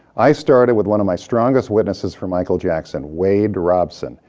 i started with one of my strongest witnesses for michael jackson, wade robson.